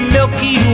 Milky